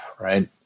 right